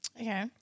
Okay